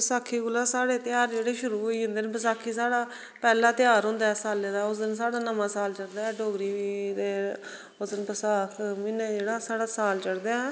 बसाखी कोला स्हाड़े ध्यार जेह्ड़े शुरू होई जंदे न बसाखी स्हाढ़ा पैहला ध्यार हुंदा साले दा उस दिन स्हाड़ा नमां साल चढ़दा डोगरी दे उस दिन बसाख म्हीने जेह्ड़ा स्हाढ़ा साल चढ़दा